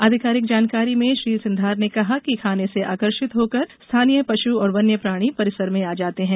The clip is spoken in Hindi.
आधिकारिक जानकारी में श्री सिंघार ने कहा कि खाने से आकर्षित होकर स्थानीय पश् और वन्य प्राणी परिसर में आ जाते हैं